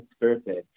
perfect